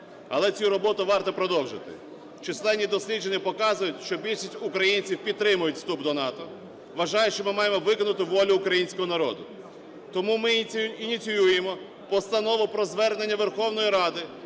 Але цю роботу варто продовжити. Численні дослідження показують, що більшість українців підтримують вступ до НАТО. Вважаю, що ми маємо виконати волю українського народу. Тому ми ініціюємо Постанову про Звернення Верховної Ради